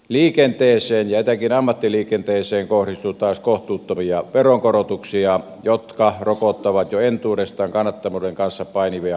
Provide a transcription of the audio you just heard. liikenteeseen ja etenkin ammattiliikenteeseen kohdistuu taas kohtuuttomia veronkorotuksia jotka rokottavat kuljetusalan jo entuudestaan kannattavuuden kanssa painivia